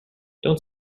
don’t